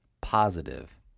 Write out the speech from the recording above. positive